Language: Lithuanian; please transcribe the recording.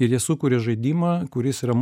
ir jie sukūrė žaidimą kuris yra